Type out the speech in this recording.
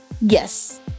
yes